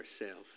ourself